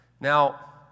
Now